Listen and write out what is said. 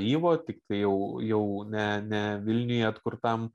yvo tiktai jau jau ne ne vilniuje atkurtam